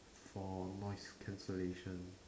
for noise cancellation